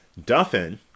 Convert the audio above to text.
Duffin